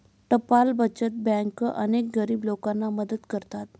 टपाल बचत बँका अनेक गरीब लोकांना मदत करतात